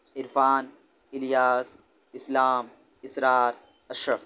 Irfan Ilyas Islam Israr Ashraf